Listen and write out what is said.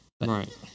Right